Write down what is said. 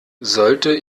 sollte